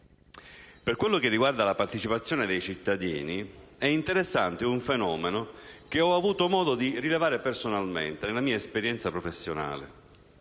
Per quello che riguarda la partecipazione dei cittadini è interessante un fenomeno che ho avuto modo di rilevare personalmente nella mia esperienza professionale: